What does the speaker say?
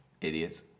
Idiots